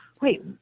wait